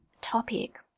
topic